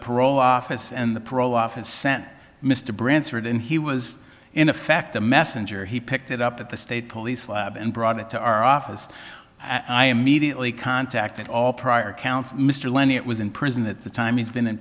parole office and the parole office sent mr bransford and he was in effect a messenger he picked it up at the state police lab and brought it to our office and i immediately contacted all prior counsel mr lenny it was in prison at the time he's been in